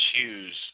choose